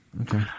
Okay